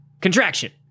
Contraction